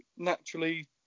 naturally